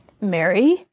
Mary